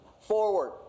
forward